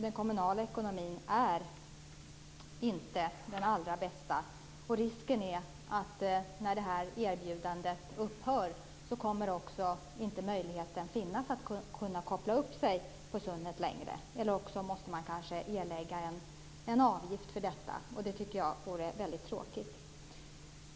Den kommunala ekonomin är ju inte den allra bästa. Risken finns att denna möjlighet att koppla upp sig på SUNET inte längre finns när det här erbjudandet upphör, eller också måste man kanske erlägga en avgift för detta. Det tycker jag vore tråkigt.